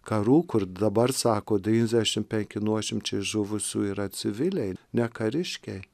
karų kur dabar sako devyniasdešim penki nuošimčiai žuvusių yra civiliai ne kariškiai